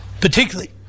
Particularly